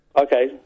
Okay